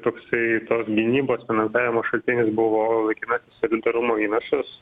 toksai tos gynybos finansavimo šaltinis buvo laikinai solidarumo įnašas